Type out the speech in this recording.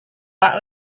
pak